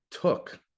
took